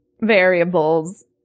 variables